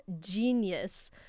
genius